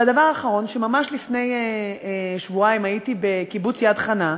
דבר אחרון: ממש לפני שבועיים הייתי בקיבוץ יד-חנה,